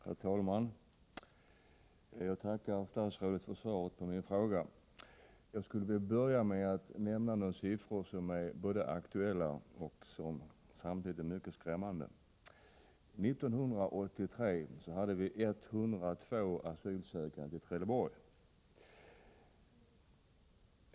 Herr talman! Jag tackar statsrådet för svaret på min fråga. Jag skulle vilja börja med att nämna några siffror som är både aktuella och mycket skrämmande. År 1982 hade vi 102 asylsökande i Trelleborg.